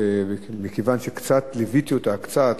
מכיוון שקצת ליוויתי אותה, קצת,